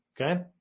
okay